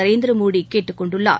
நரேந்திர மோடி கேட்டுக் கொண்டுள்ளார்